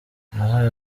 nahaye